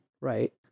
right